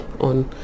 on